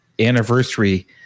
anniversary